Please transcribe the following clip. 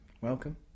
Welcome